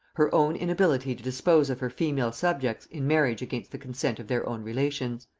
her own inability to dispose of her female subjects in marriage against the consent of their own relations.